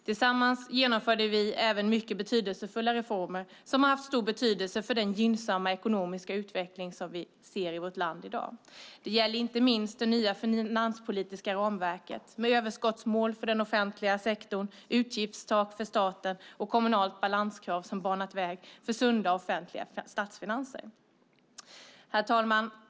Tillsammans genomförde vi även mycket betydelsefulla reformer som har haft stor betydelse för den gynnsamma ekonomiska utveckling som vi ser i vårt land i dag. Det gäller inte minst det nya finanspolitiska ramverket med överskottsmål för den offentliga sektorn, utgiftstak för staten och kommunalt balanskrav som banat väg för sunda och offentliga statsfinanser. Herr talman!